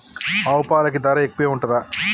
ఆవు పాలకి ధర ఎక్కువే ఉంటదా?